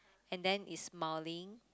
and then is smiling